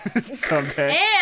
someday